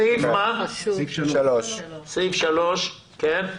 סעיף 3. סעיף 3, כן.